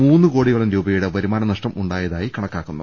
മൂന്ന് കോടിയോളം രൂപ യുടെ വരുമാന നഷ്ടം ഉണ്ടായതായി കണക്കാക്കുന്നു